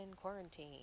quarantine